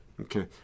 Okay